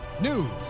news